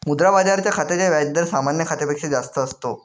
मुद्रा बाजाराच्या खात्याचा व्याज दर सामान्य खात्यापेक्षा जास्त असतो